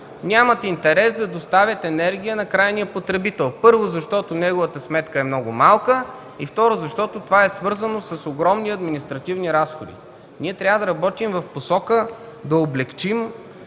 нямат интерес да доставят енергия на крайния потребител. Първо, защото неговата сметка е много малка. И второ, защото това е свързано с огромни административни разходи. Ние трябва да работим в посока да облекчим